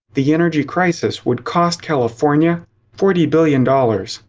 the energy crisis would cost california forty billion dollars.